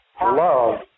love